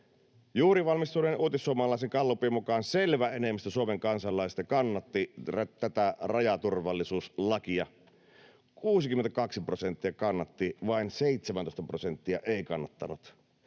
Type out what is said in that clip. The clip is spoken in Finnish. Juuri valmistuneen Uutissuomalaisen gallupin mukaan selvä enemmistö Suomen kansalaisista kannatti tätä rajaturvallisuuslakia: 62 prosenttia kannatti, vain 17 prosenttia ei kannattanut.